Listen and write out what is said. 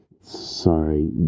sorry